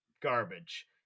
garbage